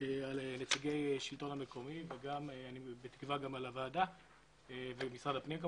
על נציגי השלטון המקומי ובתקווה גם על הוועדה וכמובן משרד הפנים.